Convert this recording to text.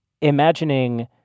imagining